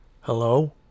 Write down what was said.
Hello